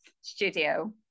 studio